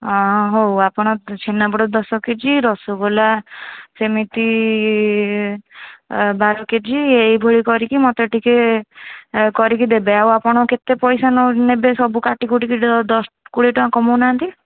ହଉ ଆପଣ ଛେନାପୋଡ଼ ଦଶ କେଜି ରସଗୋଲା ସେମିତି ବାର କେଜି ଏଇଭଳି କରିକି ମୋତେ ଟିକେ କରିକି ଦେବେ ଆଉ ଆପଣ କେତେ ପଇସା ନେବେ ସବୁ କାଟିକୁଟି କି ଦଶ କୋଡ଼ିଏ ଟଙ୍କା କମଉ ନାହାଁନ୍ତି